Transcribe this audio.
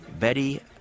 Betty